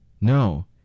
No